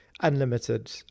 unlimited